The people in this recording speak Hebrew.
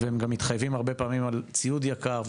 והם מתחייבים על ציוד יקר,